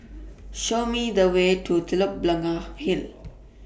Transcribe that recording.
Show Me The Way to Telok Blangah Hill